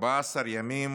14 ימים